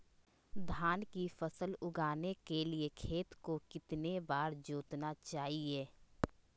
धान की फसल उगाने के लिए खेत को कितने बार जोतना चाइए?